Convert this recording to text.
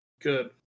Good